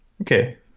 Okay